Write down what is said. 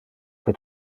que